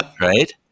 Right